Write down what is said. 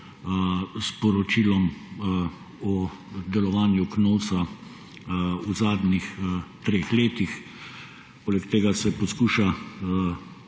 s poročilom o delovanju Knovsa v zadnjih treh letih. Poleg tega se poskuša